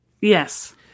Yes